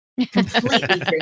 completely